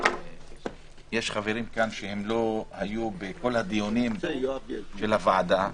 יש חברים כאן שלא היו בכל הדיונים של הוועדה,